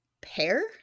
pair